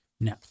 No